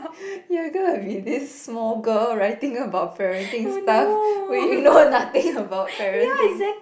ya cause I'll be this small girl writing about parenting stuff we know nothing about parenting